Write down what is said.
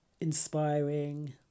inspiring